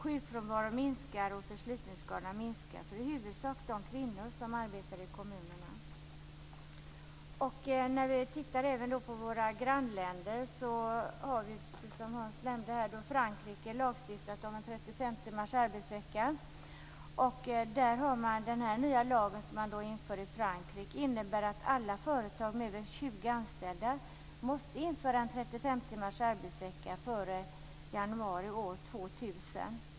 Sjukfrånvaron minskar, och förslitningsskadorna minskar för i huvudsak de kvinnor som arbetar i kommunerna. Som Hans Andersson nämnde har Frankrike lagstiftat om 35 timmars arbetsvecka. Den nya lagen där innebär att alla företag med mer än 20 anställda måste införa 35 timmars arbetsvecka före januari år 2000.